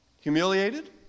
Humiliated